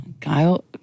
Kyle